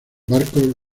barcos